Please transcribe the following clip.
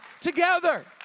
together